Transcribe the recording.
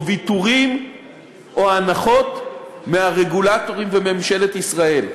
ויתורים או הנחות מהרגולטורים ומממשלת ישראל.